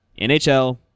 NHL